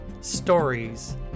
stories